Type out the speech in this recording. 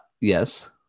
Yes